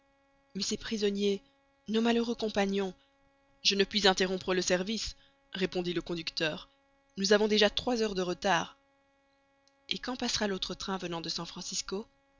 mais ces prisonniers nos malheureux compagnons je ne puis interrompre le service répondit le conducteur nous avons déjà trois heures de retard et quand passera l'autre train venant de san francisco